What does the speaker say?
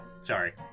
Sorry